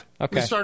okay